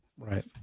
Right